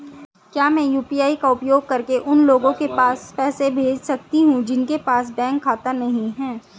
क्या मैं यू.पी.आई का उपयोग करके उन लोगों के पास पैसे भेज सकती हूँ जिनके पास बैंक खाता नहीं है?